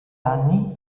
anni